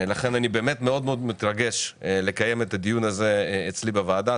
לכן אני באמת מאוד מאוד מתרגש לקיים את הדיון הזה אצלי בוועדה.